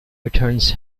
returns